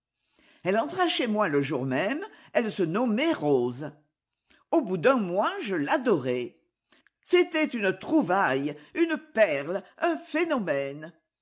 elle entra chez moi le jour même elle se nommait rose au bout d'un mois je l'adorais c'était une trouvaille une perle un phénomène